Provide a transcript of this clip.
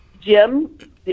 Jim